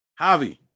Javi